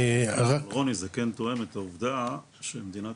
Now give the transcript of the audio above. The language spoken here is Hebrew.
רוני זה כן תואם את העובדה שמדינת